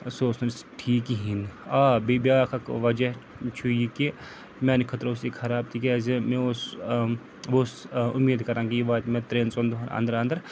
سُہ اوس نہٕ أمِس ٹھیٖک کِہیٖنۍ نہٕ آ بیٚیہِ بیٛاکھ اَکھ وَجہ چھُ یہِ کہِ میٛانہِ خٲطرٕ اوس یہِ خَراب تِکیٛازِ مےٚ اوس بہٕ اوسُس اُمید کَران کہِ یہِ واتہِ مےٚ ترٛٮ۪ن ژۄن دۄہَن اَنٛدر اَنٛدَر